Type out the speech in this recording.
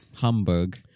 Hamburg